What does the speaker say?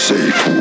Safe